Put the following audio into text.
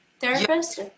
therapist